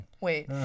Wait